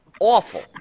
Awful